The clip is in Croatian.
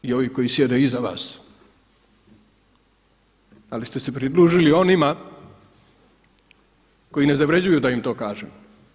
I ovi koji sjede iza vas ali ste se pridružili onima koji ne zavrjeđuju da im to kažemo.